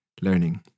learning